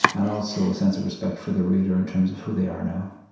and also, a sense of respect for the reader in terms of who they are now